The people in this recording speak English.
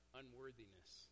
unworthiness